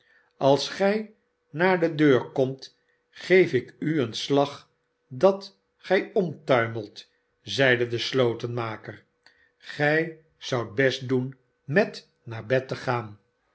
als gij naar de deur komt geef ik u een slag dat gij omtuimelt zeide de slotenmaker sgij zoudt best doen met naar bed te gaan